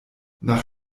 nach